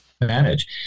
manage